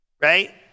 Right